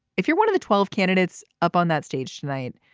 if you're one of the twelve candidates up on that stage tonight.